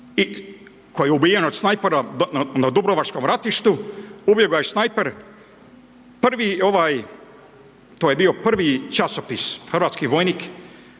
koji je ubijen od snajpera na dubrovačkom ratištu, ubio ga je snajper, prvi, to je bio prvi časopis Hrvatski vojnik,